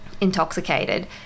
intoxicated